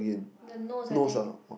the nose I think